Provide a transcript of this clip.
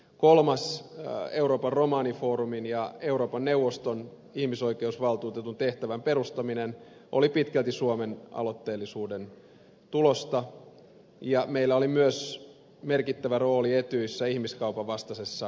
kolmas euroopan romanifoorumin ja euroopan neuvoston ihmisoikeusvaltuutetun tehtävän perustaminen oli pitkälti suomen aloitteellisuuden tulosta ja meillä oli myös merkittävä rooli etyjissä ihmiskaupan vastaisessa toiminnassa